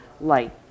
light